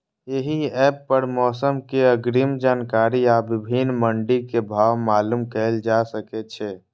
एहि एप पर मौसम के अग्रिम जानकारी आ विभिन्न मंडी के भाव मालूम कैल जा सकै छै